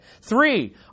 Three